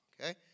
okay